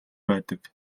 байдаг